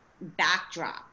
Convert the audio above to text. backdrop